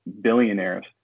billionaires